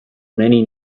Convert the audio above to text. many